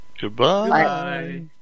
Goodbye